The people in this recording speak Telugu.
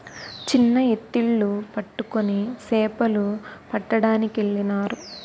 చిన్న ఎత్తిళ్లు పట్టుకొని సేపలు పట్టడానికెళ్ళినారు